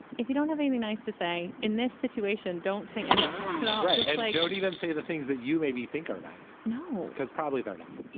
if you don't have anything nice to say in this situation, don't say anything at all. right and i don't even say the things that you maybe you think are nice. no, because probably they're not.